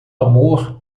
amor